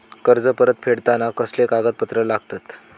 कर्ज परत फेडताना कसले कागदपत्र लागतत?